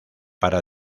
para